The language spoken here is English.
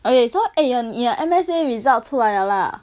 eh so eh your 你的 M S A results 出来了 lah